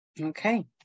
Okay